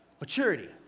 Maturity